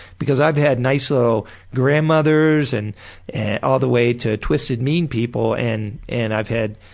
because i've had nice little grandmothers and and all the way to twisted mean people and and i've had,